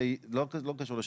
זה לא קשור לש"ס,